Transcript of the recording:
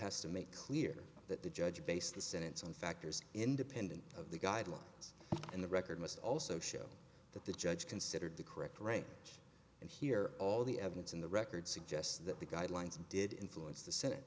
has to make clear that the judge based the sentence on factors independent of the guidelines and the record must also show that the judge considered the correct range and here all the evidence in the record suggests that the guidelines did influence the senate